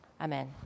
Amen